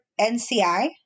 NCI